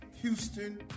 Houston